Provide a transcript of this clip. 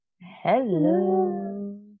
Hello